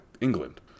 England